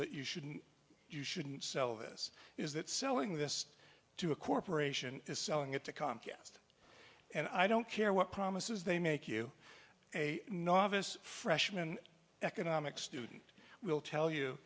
that you shouldn't you shouldn't sell this is that selling this to a corporation is selling it to comcast and i don't care what promises they make you a novice freshman economics student will tell you